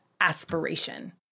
aspiration